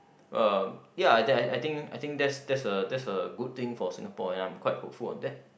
uh ya that I think I think that's that's a that's a good thing for Singapore and I'm quite hopeful on that